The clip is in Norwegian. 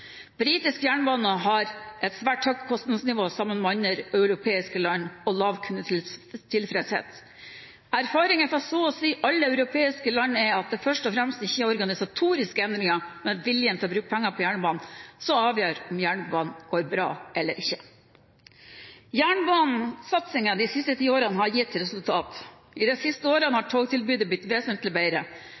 Britisk jernbane har et svært høyt kostnadsnivå sammenlignet med andre europeiske land og lav kundetilfredshet. Erfaringer fra så å si alle europeiske land er at det ikke først og fremst er organisatoriske endringer, men viljen til å bruke penger på jernbanen som avgjør om jernbanen går bra eller ikke. Jernbanesatsingen de siste ti årene har gitt resultater. I de siste årene har togtilbudet blitt vesentlig bedre,